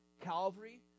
Calvary